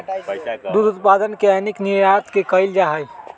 दुध उत्पादन के आयात निर्यात भी कइल जा हई